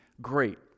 Great